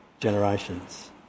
generations